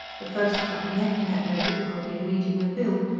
the first time, they had had no difficulty in meeting the bill,